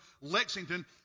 Lexington